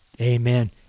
Amen